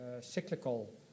cyclical